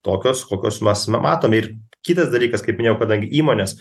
tokios kokios mas ma matome ir kitas dalykas kaip minėjau kadangi įmonės